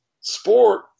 sport